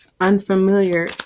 unfamiliar